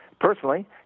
Personally